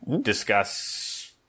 discuss